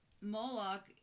Moloch